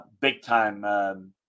Big-time